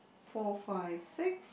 four five six